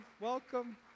welcome